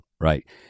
Right